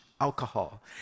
alcohol